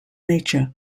nature